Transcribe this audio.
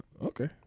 Okay